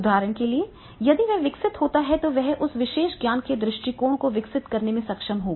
उदाहरण के लिए यदि वह विकसित होता है तो वह उस विशेष ज्ञान के दृष्टिकोण को विकसित करने में सक्षम होगा